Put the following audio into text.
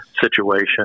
situation